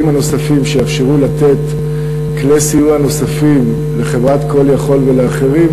הנוספים שיאפשרו לתת כלי סיוע נוספים לחברת "call יכול" ולאחרים,